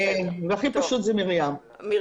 הכי פשוט זה לומר מרים.